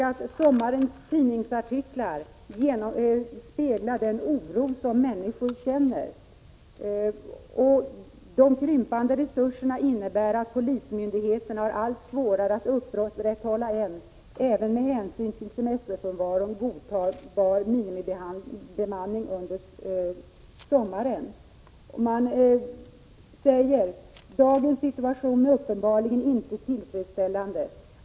——-—- Artiklarna speglar den oro som folk känner. === De krympande resurserna innebär att polismyndigheterna har allt svårare att upprätthålla en — även med hänsyn till semesterfrånvaron — godtagbar minimibemanning.” Vidare säger man: ”Dagens situation är uppenbarligen inte tillfredsställande.